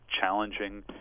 challenging